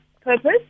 purpose